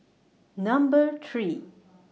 Number three